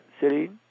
city